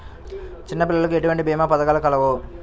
చిన్నపిల్లలకు ఎటువంటి భీమా పథకాలు కలవు?